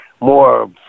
more